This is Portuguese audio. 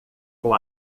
com